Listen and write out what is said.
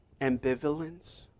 ambivalence